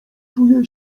czuje